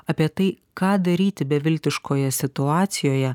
apie tai ką daryti beviltiškoje situacijoje